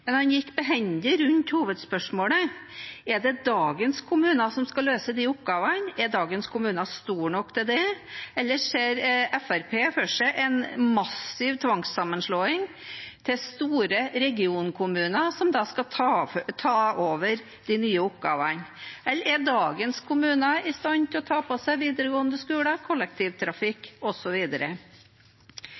Men han gikk behendig rundt hovedspørsmålet: Er det dagens kommuner som skal løse de oppgavene? Er dagens kommuner store nok til det? Eller ser Fremskrittspartiet for seg en massiv tvangssammenslåing til store regionkommuner som skal ta over de nye oppgavene? Eller er dagens kommuner i stand til å ta på seg videregående skoler, kollektivtrafikk